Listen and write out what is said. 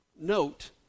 note